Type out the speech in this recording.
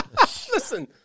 Listen